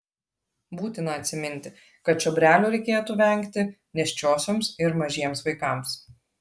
būtina atsiminti kad čiobrelių reikėtų vengti nėščiosioms ir mažiems vaikams